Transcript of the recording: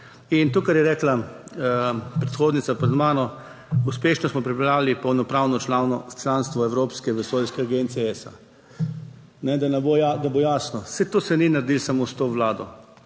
In to, kar je rekla predhodnica pred mano, uspešno smo pripravljali polnopravno članstvo Evropske vesoljske agencije - ESA. Da ne bo, da bo jasno, saj to se ni naredilo samo s to vlado,